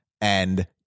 and-